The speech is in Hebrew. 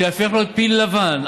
שייהפך להיות פיל לבן.